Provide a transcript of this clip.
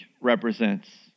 represents